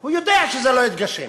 הוא יודע שזה לא יתגשם,